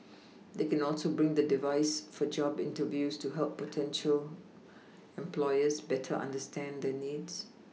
they can also bring the device for job interviews to help potential employers better understand their needs